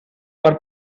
per